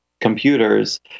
computers